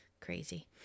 crazy